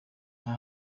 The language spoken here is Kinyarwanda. nta